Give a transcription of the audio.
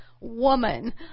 woman